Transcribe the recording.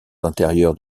intérieures